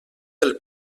del